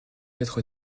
être